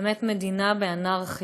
באמת, מדינה באנרכיה.